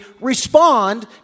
respond